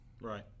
Right